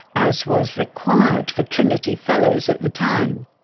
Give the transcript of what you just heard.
as was required for trinity fellows at the time.